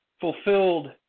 fulfilled